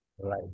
Right